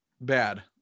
bad